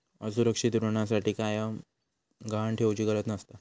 असुरक्षित ऋणासाठी कायव गहाण ठेउचि गरज नसता